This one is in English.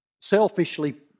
selfishly